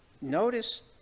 notice